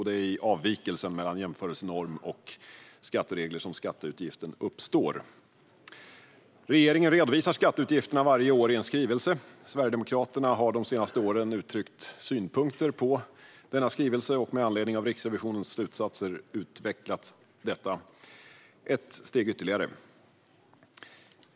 Det är i avvikelsen mellan jämförelsenorm och skatteregler som skatteutgiften uppstår. Regeringen redovisar skatteutgifterna varje år i en skrivelse. Sverigedemokraterna har de senaste åren uttryckt synpunkter på denna skrivelse och med anledning av Riksrevisionens slutsatser utvecklat detta ett steg ytterligare.